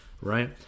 right